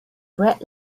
brett